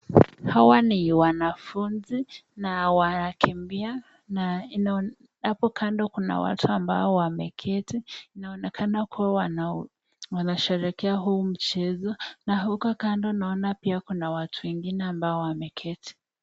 Hawa ni wanafunzi na wanakimbia. Na hapo kando kuna watu ambao wameketi. Inaonekana kuwa wanasherekea huu mchezo. Na huko kando naona pia kuna watu wengine ambao wameketi.